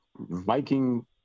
viking